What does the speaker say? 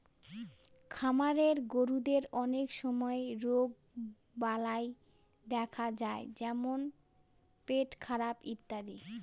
খামারের গরুদের অনেক সময় রোগবালাই দেখা যায় যেমন পেটখারাপ ইত্যাদি